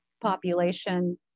population